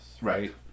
Right